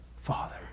Father